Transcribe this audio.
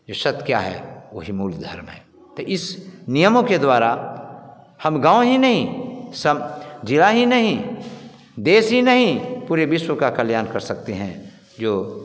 जो सत क्या है वही मूल धर्म है त इस नियमों के द्वारा हम गाँव ही नहीं स जिला ही नहीं देश ही नहीं पूरे विश्व का कल्याण कर सकते हैं जो